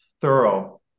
thorough